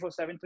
24-7